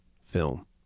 film